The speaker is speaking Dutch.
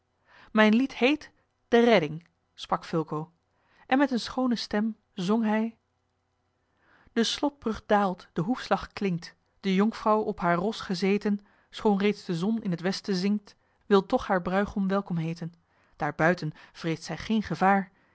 mijn lied heet de redding sprak fulco en met eene schoone stem zong hij de slotbrug daalt de hoefslag klinkt de jonkvrouw op haar ros gezeten schoon reeds de zon in t westen zinkt wil toch haar bruigom welkom heeten daar buiten vreest zij geen gevaar